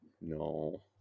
No